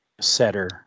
setter